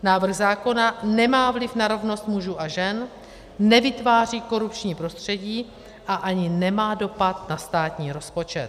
Návrh zákona nemá vliv na rovnost mužů a žen, nevytváří korupční prostředí a ani nemá dopad na státní rozpočet.